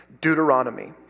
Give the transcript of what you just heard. Deuteronomy